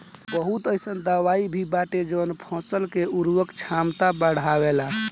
बहुत अईसन दवाई भी बाटे जवन फसल के उर्वरक क्षमता बढ़ावेला